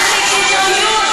על התגרויות, את תומכת